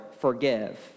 forgive